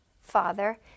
Father